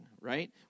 right